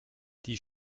die